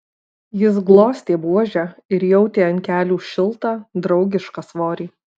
jis glostė buožę ir jautė ant kelių šiltą draugišką svorį